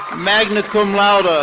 magna cum laude,